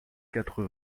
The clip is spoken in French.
quatre